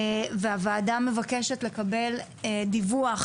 הוועדה מבקשת לקבל דיווח